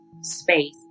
space